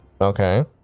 Okay